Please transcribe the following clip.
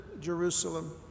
Jerusalem